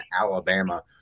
Alabama